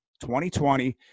2020